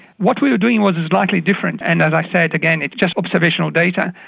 what we were doing was slightly different and, as i said, again it's just observational data.